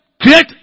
create